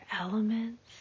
elements